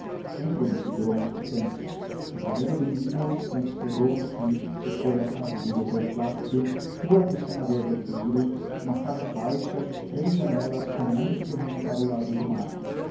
nem por isso durou muito tempo no primeiro domingo santos pegou em si e foi à casa do doutor plácido rua do senador vergueiro uma casa baixa de três janelas com muito terreno para o lado do mar